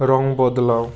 রঙ বদলাও